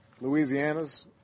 Louisiana's